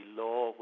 law